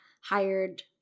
hired